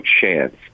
chance –